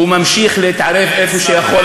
והוא ממשיך להתערב איפה שיכול,